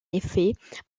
effet